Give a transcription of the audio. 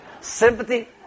Sympathy